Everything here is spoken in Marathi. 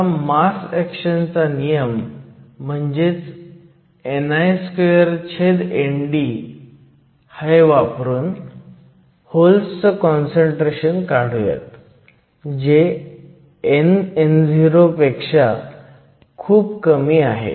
आता मास ऍक्शनचा नियम म्हणजेच ni2ND वापरून होल्सचं काँसंट्रेशन काढुयात जे nno पेक्षा खूप कमी आहे